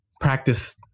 practice